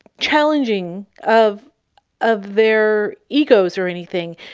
challenging of of their egos or anything,